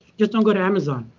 just don't go to amazon.